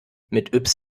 mit